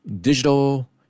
digital